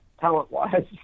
talent-wise